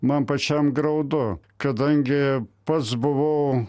man pačiam graudu kadangi pats buvau